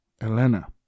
Elena